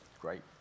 Great